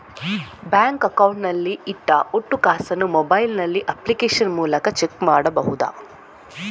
Bank account ನಲ್ಲಿ ಇಟ್ಟ ಒಟ್ಟು ಕಾಸನ್ನು ಮೊಬೈಲ್ ನಲ್ಲಿ ಅಪ್ಲಿಕೇಶನ್ ಮೂಲಕ ಚೆಕ್ ಮಾಡಬಹುದಾ?